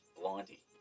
Blondie